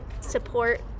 support